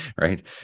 right